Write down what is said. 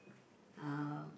uh